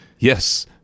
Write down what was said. Yes